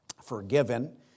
forgiven